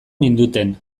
ninduten